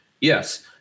Yes